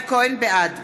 בעד